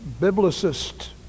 biblicist